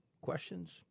questions